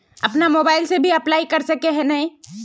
अपन मोबाईल से भी अप्लाई कर सके है नय?